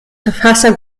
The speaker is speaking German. verfasser